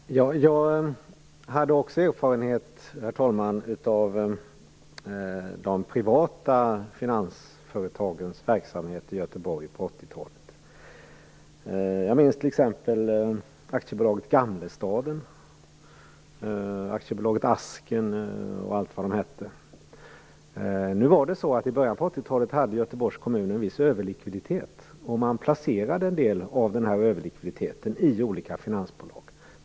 Herr talman! Jag fick också erfarenhet av de privata finansföretagens verksamhet i Göteborg på 1980-talet. Jag minns bolagen: Gamlestaden, Asken och allt vad de hette. I början av 1980-talet hade Göteborgs kommun en viss överlikviditet, och man placerade en del av denna överlikviditet i olika finansbolag.